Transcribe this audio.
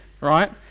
right